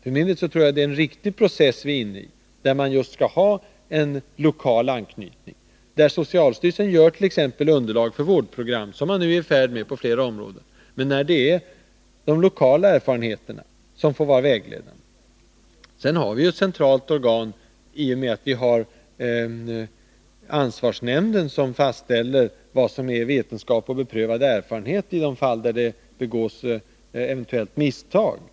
För min del tror jag att det är en riktig process vi är inne i, där vi strävar efter en lokal anknytning och där socialstyrelsens uppgift t.ex. är att ge underlag för vårdprogram, något som man nu är i färd med på flera områden. Men det är de lokala erfarenheterna som skall vara vägledande. Sedan har vi ett centralt organ i och med att vi har ansvarsnämnden som fastställer vad som är vetenskap och beprövad erfarenhet i de fall där det eventuellt begås misstag.